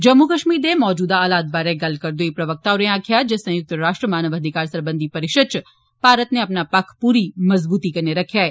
जम्मू कश्मीर दे मजूदा हालात बारै गल्ल करदे होई प्रवक्ता होरें आक्खेआ जे संयुक्त राष्ट्र मानव अधिकार सरबंधी परिषद च भारत नै अपना पख पूरी मजबूती कन्नै रक्खेआ ऐ